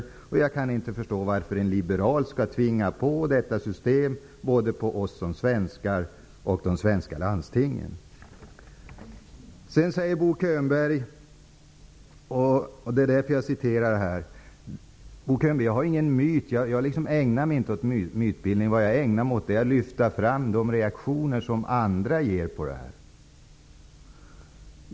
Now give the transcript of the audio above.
Han säger också att han inte kan förstå varför en liberal skall tvinga på oss svenskar och de svenska landstingen detta system. Jag tog med dessa exempel för att förklara för Bo Könberg att jag inte ägnar mig åt mytbildning. Jag ägnar mig åt att lyfta fram de reaktioner andra människor har inför husläkarsystemet.